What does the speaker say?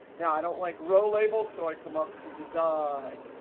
now i don't like row labels so i come up to design.